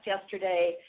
yesterday